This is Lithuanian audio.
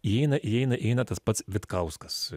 įeina įeina įeina tas pats vitkauskas